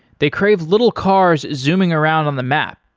they crave little cars zooming around on the map.